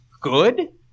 good